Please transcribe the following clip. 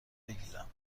بگیرم